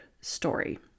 story